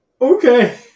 Okay